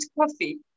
coffee